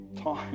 Time